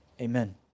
amen